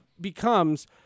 becomes